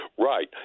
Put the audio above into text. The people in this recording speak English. Right